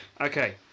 Okay